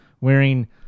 wearing